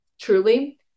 truly